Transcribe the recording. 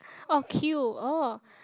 orh queue orh